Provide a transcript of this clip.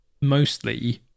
mostly